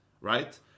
right